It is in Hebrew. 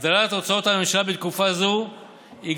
הגדלת הוצאות הממשלה בתקופה זו הינה